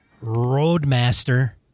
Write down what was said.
Roadmaster